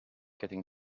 getting